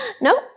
Nope